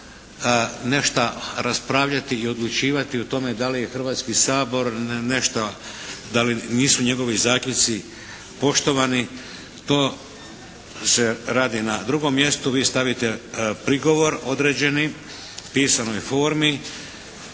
nešta raspravljati i odlučivati o tome da li je Hrvatski sabor nešta, da li nisu njegovi zaključci poštovani, to se radi na drugom mjestu. Vi stavite prigovor određeni u pisanoj formi